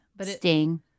Sting